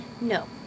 No